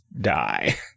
die